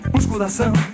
Musculação